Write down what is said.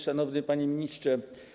Szanowny Panie Ministrze!